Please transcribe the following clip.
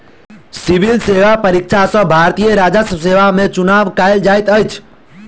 civil सेवा परीक्षा सॅ भारतीय राजस्व सेवा में चुनाव कयल जाइत अछि